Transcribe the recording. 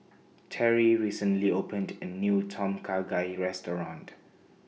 Terri recently opened A New Tom Kha Gai Restaurant